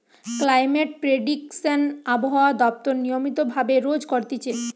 climate prediction আবহাওয়া দপ্তর নিয়মিত ভাবে রোজ করতিছে